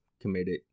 committed